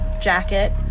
jacket